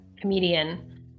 comedian